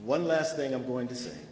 one last thing i'm going to say